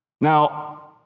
Now